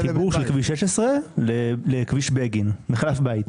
זה חיבור של כביש 16 לכביש בגין במחלף בייט.